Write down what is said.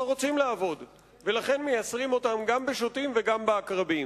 רוצים לעבוד ולכן מייסרים אותם גם בשוטים וגם בעקרבים.